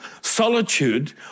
Solitude